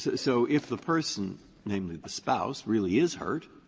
so if the person namely, the spouse really is hurt,